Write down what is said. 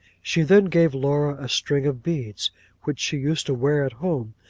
she then gave laura a string of beads which she used to wear at home,